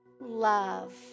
love